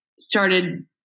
started